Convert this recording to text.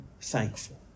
thankful